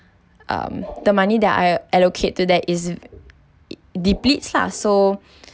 um the money that l allocate to that is it depletes lah so